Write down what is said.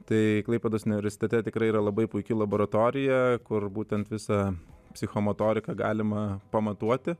tai klaipėdos u iversitete tikrai yra labai puiki laboratorija kur būtent visą psichomotorika galima pamatuoti